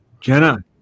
Jenna